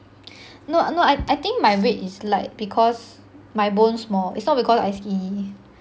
no no I I think my weight is like because my bones small it's not because I skinny